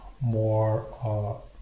more